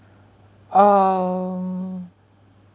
um